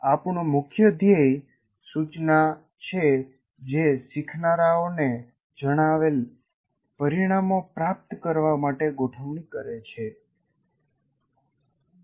આપણું મુખ્ય ધ્યેય સૂચના છે જે શીખનારાઓને જણાવેલ પરિણામો પ્રાપ્ત કરવા માટે ગોઠવણી કરે છે